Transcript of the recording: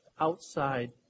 outside